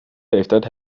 leeftijd